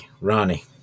Ronnie